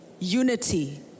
Unity